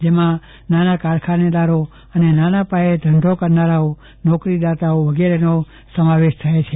જેમાં નાના કારખાનેદારો અને નાના પાયે ધંધો કરનારાઓ નોકરીદાતાઓ વગેરેનો સમાવેશ થાય છે